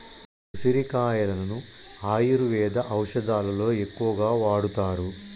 ఉసిరికాయలను ఆయుర్వేద ఔషదాలలో ఎక్కువగా వాడుతారు